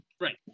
right